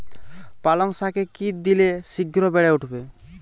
পালং শাকে কি দিলে শিঘ্র বেড়ে উঠবে?